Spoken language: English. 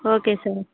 okay sir